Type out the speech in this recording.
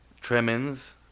Tremens